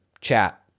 chat